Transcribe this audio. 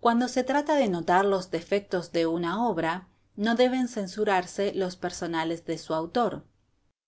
cuando se trata de notar los defectos de una obra no deben censurarse los personales de su autor